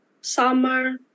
summer